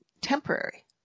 temporary